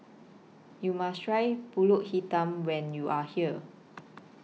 YOU must Try Pulut Hitam when YOU Are here